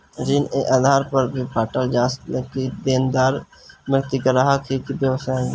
ऋण ए आधार पर भी बॉटल जाला कि देनदार व्यक्ति ग्राहक ह कि व्यवसायी